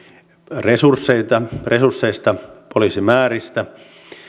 resursseista resursseista poliisimääristä